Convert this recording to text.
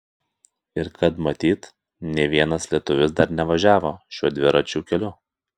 ir kad matyt nė vienas lietuvis dar nevažiavo šiuo dviračių keliu